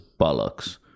bollocks